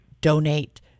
donate